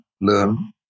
learn